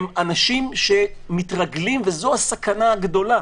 הם אנשים שמתרגלים, וזו הסכנה הגדולה,